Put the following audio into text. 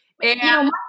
and-